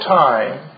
time